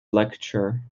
lecture